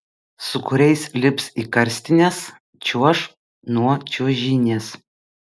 su kuriais lips į karstines čiuoš nuo čiuožynės